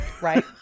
right